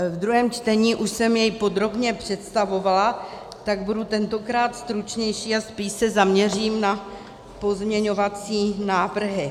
Ve druhém čtení už jsem jej podrobně představovala, tak budu tentokrát stručnější a spíš se zaměřím na pozměňovací návrhy.